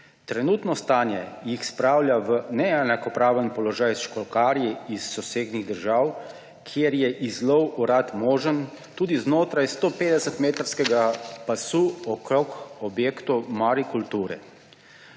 Trenutno stanje jih spravlja v neenakopraven položaj s školjkarji iz sosednjih držav, kjer je izlov orad možen tudi znotraj 150-metrskega pasu okrog objektov marikulture.